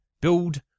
Build